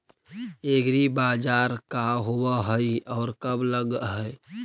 एग्रीबाजार का होब हइ और कब लग है?